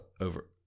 over